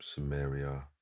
Sumeria